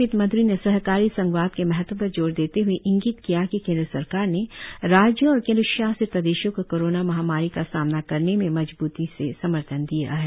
वित्त मंत्री ने सहकारी संघवाद के महत्व पर जोर देते हए इंगित किया कि केंद्र सरकार ने राज्यों और केंद्र शासित प्रदेशों को कोरोना महामारी का सामना करने में मजब्ती से समर्थन दिया है